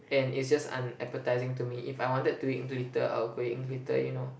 and it's just unappetising to me if I wanted to eat glitter I would go eat glitter you know